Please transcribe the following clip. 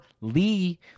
Lee